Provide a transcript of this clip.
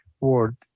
word